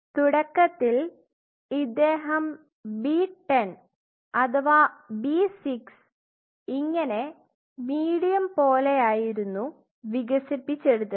തുടക്കത്തിൽ ഇദ്ദേഹം B10 അഥവാ B6 ഇങ്ങനെ മീഡിയം പോലെ ആയിരുന്നു വികസിപ്പിച്ചെടുത്തത്